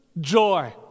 joy